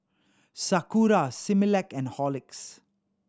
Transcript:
Sakura Similac and Horlicks